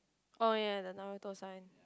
oh ya the Naruto sign